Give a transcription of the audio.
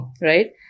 Right